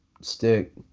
stick